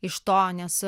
iš to nes